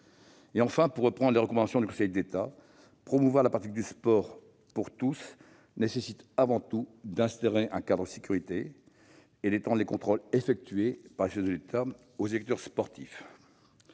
démontrer. Pour reprendre les recommandations du Conseil d'État, promouvoir la pratique du sport pour tous nécessite avant tout d'instaurer un cadre sécurisé et d'étendre les contrôles réalisés par les services de l'État aux éducateurs sportifs.